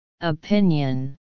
Opinion